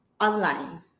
online